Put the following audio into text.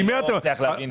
אני לא מצליח להבין.